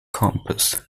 campus